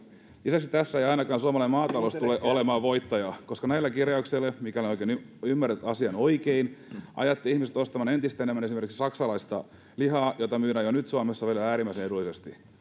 lisäksi tässä ei ainakaan suomalainen maatalous tule olemaan voittaja koska näillä kirjauksilla mikäli olen ymmärtänyt asian oikein ajatte ihmiset ostamaan entistä enemmän esimerkiksi saksalaista lihaa jota myydään jo nyt suomessa vielä äärimmäisen edullisesti